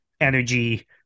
Energy